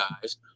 guys